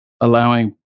allowing